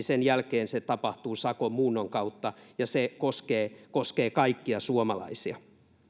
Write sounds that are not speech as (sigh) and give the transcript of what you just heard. (unintelligible) sen jälkeen se tapahtuu sakon muunnon kautta ja se koskee koskee kaikkia suomalaisia